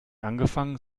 angefangen